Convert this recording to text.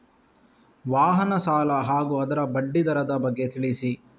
ವಾಹನ ಸಾಲ ಹಾಗೂ ಅದರ ಬಡ್ಡಿ ದರದ ಬಗ್ಗೆ ತಿಳಿಸಿ?